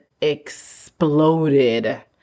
exploded